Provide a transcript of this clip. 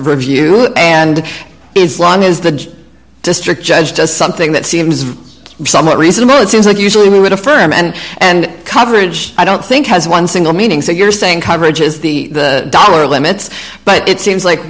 review and it's long is the district judge does something that seems somewhat reasonable it seems like usually we would affirm and and coverage i don't think has one single meaning so you're saying coverage is the dollar limits but it seems like